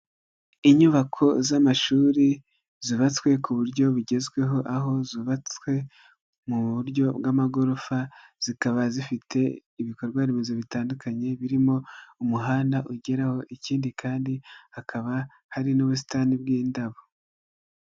Inyubako z'amashuri zubatswe ku buryo bugezweho aho zubatswe mu buryo bw'amagorofa zikaba zifite ibikorwaremezo bitandukanye birimo umuhanda ugeraho ikindi kandi hakaba hari n'ubusitani bw'indabo.